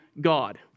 God